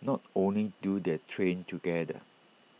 not only do they train together